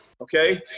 okay